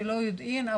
בלא יודעין,